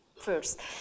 First